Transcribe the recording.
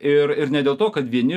ir ir ne dėl to kad vieni